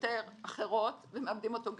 יותר אחרות, ומאבדים אותו גם.